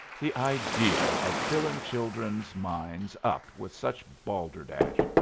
the idea of filling children's minds up with such balderdash!